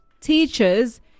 teachers